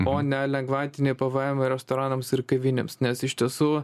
o ne lengvatinį pvm restoranams ir kavinėms nes iš tiesų